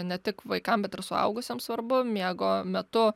ne tik vaikam bet ir suaugusiem svarbu miego metu